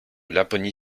laponie